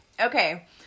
okay